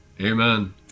Amen